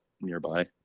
nearby